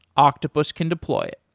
octopus can deploy it.